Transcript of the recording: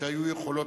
עוצמות נפש ויכולת